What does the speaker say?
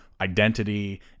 identity